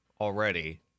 already